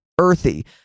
earthy